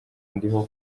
ndiho